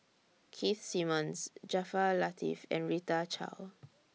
Keith Simmons Jaafar Latiff and Rita Chao